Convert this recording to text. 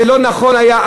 זה לא היה נכון אז,